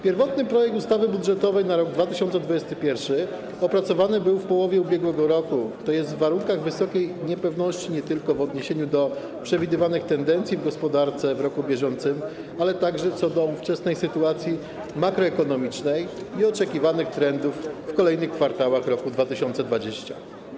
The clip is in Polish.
Pierwotny projekt ustawy budżetowej na rok 2021 opracowany został w połowie ubiegłego roku, tj. w warunkach wysokiej niepewności nie tylko w odniesieniu do przewidywanych tendencji w gospodarce w roku bieżącym, ale także co do ówczesnej sytuacji makroekonomicznej i oczekiwanych trendów w kolejnych kwartałach roku 2020.